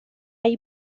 hay